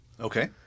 Okay